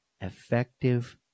effective